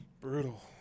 Brutal